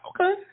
Okay